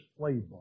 playbook